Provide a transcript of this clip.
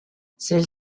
celle